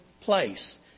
place